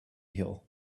hill